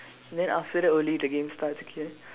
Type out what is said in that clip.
then after that only the game starts okay